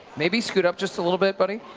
maybe scoot up just a little bit, buddy